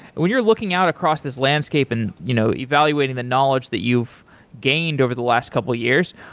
when you're looking out across the landscape and you know evaluating the knowledge that you've gained over the last couple years,